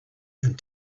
and